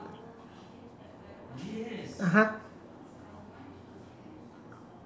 (uh huh)